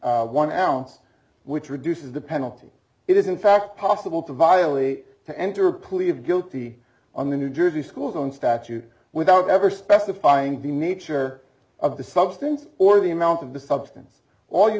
one ounce which reduces the penalty it is in fact possible to vialli to enter a plea of guilty on the new jersey school zone statute without ever specifying the nature of the substance or the amount of the substance all you